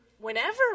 whenever